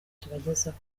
tubagezaho